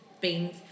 beans